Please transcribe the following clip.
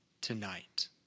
tonight